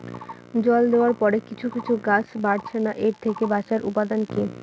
জল দেওয়ার পরে কিছু কিছু গাছ বাড়ছে না এর থেকে বাঁচার উপাদান কী?